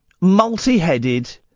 multi-headed